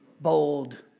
bold